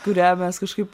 kurią mes kažkaip